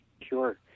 Sure